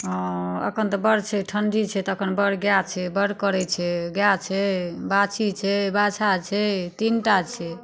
हँ एखन तऽ बड़ छै ठण्डी छै तखन बड़ गाय छै बड़ करै छै गाय छै बाछी छै बाछा छै तीनटा छै